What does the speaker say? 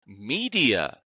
media